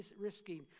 risking